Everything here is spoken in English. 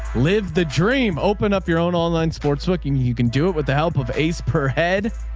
live the dream. open up your own online sportsbook and you can do it with the help of ace per head.